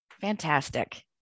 Fantastic